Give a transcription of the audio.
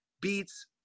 beats